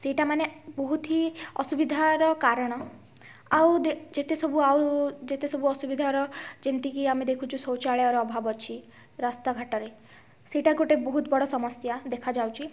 ସେଇଟା ମାନେ ବହୁତ ହି ଅସୁବିଧାର କାରଣ ଆଉ ଯେତେ ସବୁ ଆଉ ଯେତେ ସବୁ ଅସୁବିଧାର ଯେମିତିକି ଆମେ ଦେଖୁଛୁ ଶୌଚାଳୟର ଅଭାବ ଅଛି ରାସ୍ତାଘାଟରେ ସେଇଟା ଗୋଟେ ବହୁତ ବଡ଼ ସମସ୍ୟା ଦେଖାଯାଉଛି